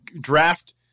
draft